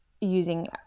using